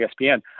ESPN